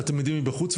על תלמידים מבחוץ,